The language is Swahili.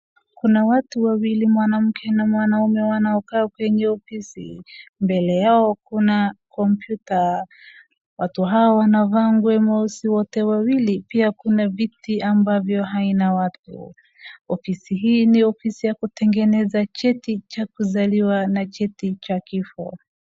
Kuna watu wawili mwanaume na mwanamke wanaokaa kwenye ofisi, mbele yao kuna kompyuta, watu hao wanavaa nguo meusi wote wawili, pia kuna viti ambavyo haina watu. Ofisi hii ni ofisi ya kutengeneza cheti cha kuzaliwa na cheti cha kifo.